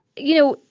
you know,